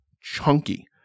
chunky